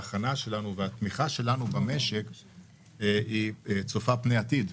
ההכנה והתמיכה שלנו במשק צופה פני עתיד,